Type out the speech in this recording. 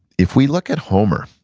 if we look at homer,